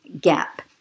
gap